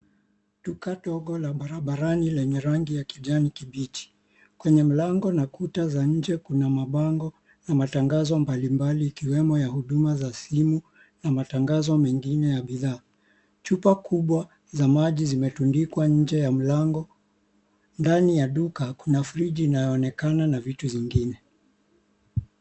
Duka dogo la barabarani lenye rangi ya kijani kibichi, kwenye mlango na kuta za nje kuna mabango na matangazo mbambali ikiwemo ya huduma za simu namatangaazo mengine ya bidhaa. Chupa kubwa za maji zimetundikwa nje ya mlango. Ndani ya duka kuna friji inayoonekana na vitu zingine.